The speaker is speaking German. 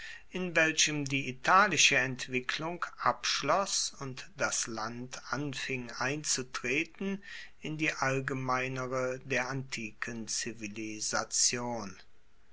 in welchem die italische entwicklung abschloss und das land anfing einzutreten in die allgemeinere der antiken zivilisation